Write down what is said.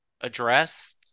address